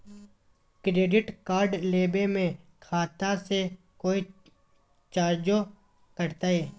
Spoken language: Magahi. क्रेडिट कार्ड लेवे में खाता से कोई चार्जो कटतई?